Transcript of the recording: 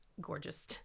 gorgeous